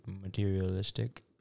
materialistic